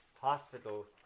hospital